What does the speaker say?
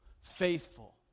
faithful